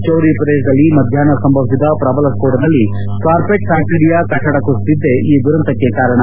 ಚೌರಿ ಪ್ರದೇಶದಲ್ಲಿ ಮಧ್ಯಾಷ್ನ ಸಂಭವಿಸಿದ ಪ್ರಬಲ ಸ್ಫೋಟದಲ್ಲಿ ಕಾರ್ಪೆಟ್ ಫ್ಯಾಕ್ಟರಿಯ ಕಟ್ಟಡ ಕುಸಿದಿದ್ದೇ ಈ ದುರಂತಕ್ಕೆ ಕಾರಣ